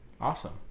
awesome